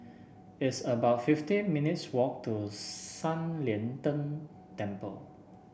it's about fifty minutes' walk to San Lian Deng Temple